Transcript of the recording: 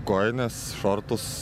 kojines šortus